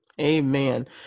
Amen